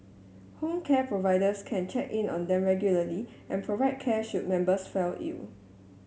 home care providers can check in on them regularly and provide care should members fell ill